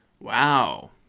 Wow